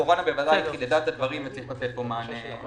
הקורונה ודאי חידדה את הדברים וצריך לתת פה מענה.